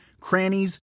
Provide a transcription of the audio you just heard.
crannies